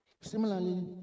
Similarly